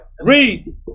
Read